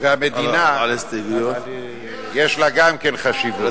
והמדינה יש לה גם כן חשיבות.